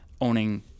owning